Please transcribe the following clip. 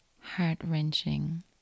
heart-wrenching